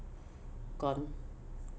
gone